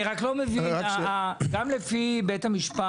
אני רק לא מבין: גם לפי בית המשפט,